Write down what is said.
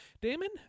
Damon